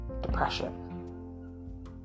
depression